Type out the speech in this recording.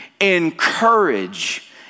encourage